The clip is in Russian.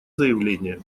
заявление